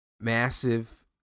massive